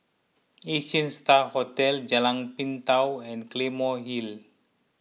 Asia Star Hotel Jalan Pintau and Claymore Hill